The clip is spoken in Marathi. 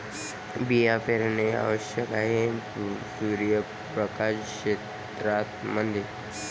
बिया पेरणे आवश्यक आहे सूर्यप्रकाश क्षेत्रां मध्ये